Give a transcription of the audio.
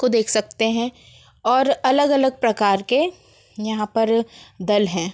को देख सकते हैं और अलग अलग प्रकार के यहाँ पर दल हैं